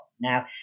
now